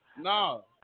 No